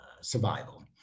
survival